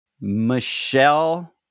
Michelle